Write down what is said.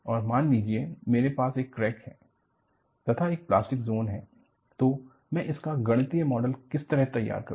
और मान लीजिए मेरे पास एक क्रैक है तथा एक प्लास्टिक जोन है तो मैं इसका गणितीय मॉडल किस प्रकार तैयार करूं